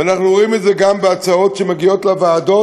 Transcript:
ואנחנו רואים את זה גם בהצעות שמגיעות לוועדות: